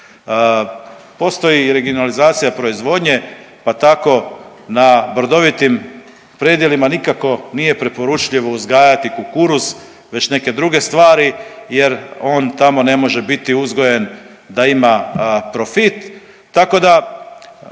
Postoji i regionalizacija proizvodnje, pa tako na brdovitim predjelima nikako nije preporučljivo uzgajati kukuruz već neke druge stvari jer on tamo ne može biti uzgojen da ima profit